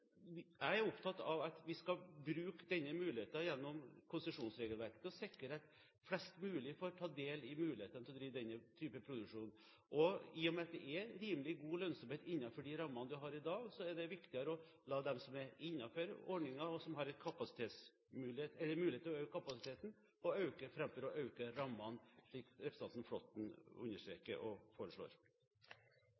Jeg er opptatt av at vi skal bruke denne muligheten gjennom konsesjonsregelverket til å sikre at flest mulig får ta del i muligheten til å drive denne typen produksjon. I og med at det er rimelig god lønnsomhet innenfor de rammene man har i dag, er det viktigere å la dem som er innenfor ordningen, og som har mulighet til å øke kapasiteten, øke, framfor å øke rammene, slik representanten